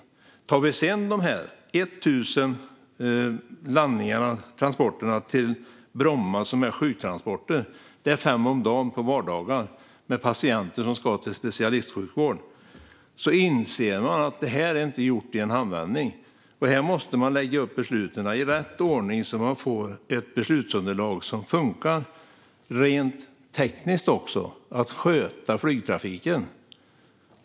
Om man därtill lägger de 1 000 sjuktransporterna till Bromma, fem om dagen på vardagar, med patienter som ska till specialistsjukvård inser man att det här inte är gjort i en handvändning. Här måste man lägga upp besluten i rätt ordning så att man får ett beslutsunderlag som funkar rent tekniskt också när det gäller att sköta flygtrafiken.